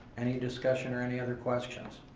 any discussion or any other questions?